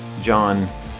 John